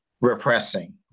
repressing